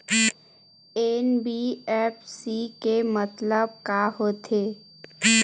NBFC के मतलब का होथे?